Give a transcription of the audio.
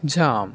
jam